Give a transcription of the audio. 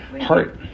heart